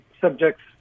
subjects